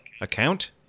account